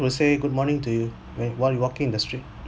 will say good morning to you when while walking in the street